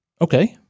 okay